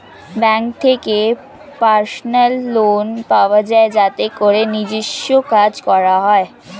bank থেকে personal loan পাওয়া যায় যাতে করে নিজস্ব কাজ করা যায়